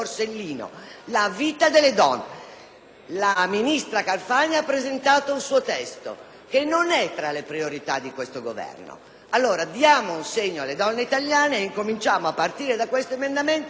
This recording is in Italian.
La ministra Carfagna ha presentato un suo testo, che non è tra le priorità di questo Governo. Diamo allora un segno alle donne italiane e cominciamo, a partire da questo emendamento, ad occuparci anche di tale questione